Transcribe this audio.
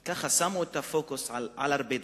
גם שמו את הפוקוס על הרבה דברים.